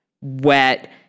wet